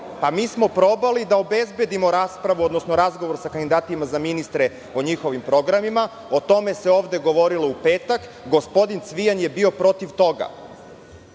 Mi smo probali da obezbedimo raspravu odnosno razgovor sa kandidatima za ministre o njihovim programima, o tome se ovde govorilo u petak, gospodin Cvijan je bio protiv toga.